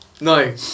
No